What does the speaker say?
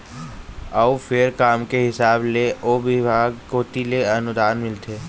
अउ फेर काम के हिसाब ले ओ बिभाग कोती ले अनुदान मिलथे